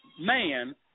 man